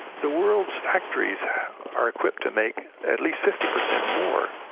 the world's factories are equipped to make at least fifty percent more.